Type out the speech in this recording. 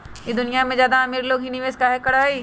ई दुनिया में ज्यादा अमीर लोग ही निवेस काहे करई?